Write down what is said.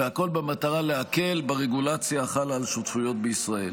והכול במטרת להקל ברגולציה החלה על שותפויות בישראל.